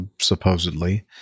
supposedly